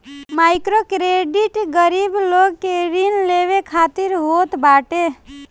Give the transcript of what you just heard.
microcredit गरीब लोग के ऋण लेवे खातिर होत बाटे